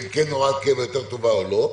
אם כן הוראת קבע יותר טובה או לא.